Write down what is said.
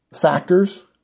factors